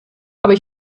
aber